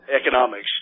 economics